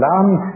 Lamb